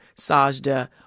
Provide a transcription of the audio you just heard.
Sajda